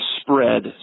spread